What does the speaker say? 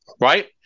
Right